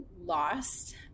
lost